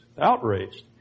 outraged